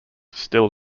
still